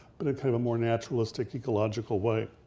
but in kind of a more naturalistic, ecological way.